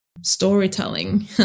storytelling